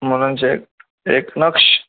मुलांचे एक नक्ष